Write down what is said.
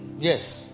Yes